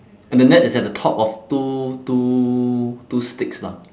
and the net is at the top of two two two sticks lah